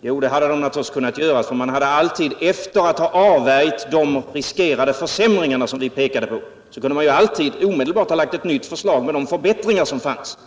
Det hade man naturligtvis kunnat göra. Efter det att man hade avvärjt de riskerade försämringar som vi pekade på, hade man omedelbart kunnat framlägga ett nytt förslag med de förbättringar som fanns.